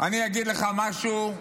אני אגיד לך משהו,